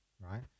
right